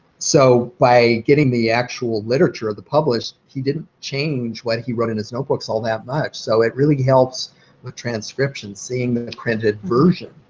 so by getting the actual literature of the publish, he didn't change what he wrote in his notebooks all that much, so it really helps with transcription, seeing the printed version.